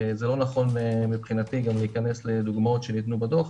זה לא נכון מבחינתי גם להיכנס לדוגמאות שניתנו בדוח.